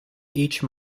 each